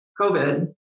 COVID